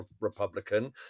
Republican